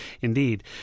Indeed